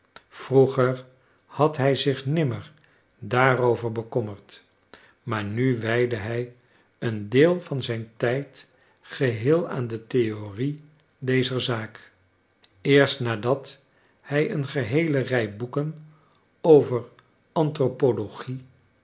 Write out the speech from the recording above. vroeger had hij zich nimmer daarover bekommerd maar nu wijdde hij een deel van zijn tijd geheel aan de theorie dezer zaak eerst nadat hij een geheele rij boeken over